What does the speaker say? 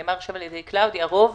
שנאמר עכשיו על ידי קלאודיה, רוב